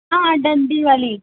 हा ॾंडी वाली